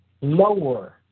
lower